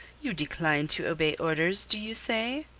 you decline to obey orders, do you say?